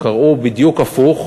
קרו בדיוק הפוך,